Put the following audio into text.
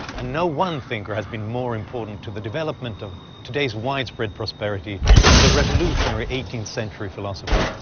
and no one thinker has been more important to the development of today's widespread prosperity than the revolutionary eighteenth century philosopher,